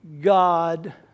God